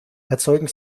erzeugen